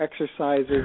exercises